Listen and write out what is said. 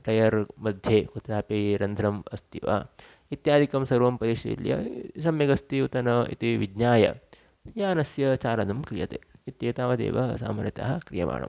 tyre मध्ये कुत्रापि रन्ध्रम् अस्ति वा इत्यादिकं सर्वं परिशील्य सम्यगस्ति उत न इति विज्ञाय यानस्य चालनं क्रियते इत्येतावदेव सामान्यतः क्रियमाणम्